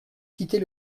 quitter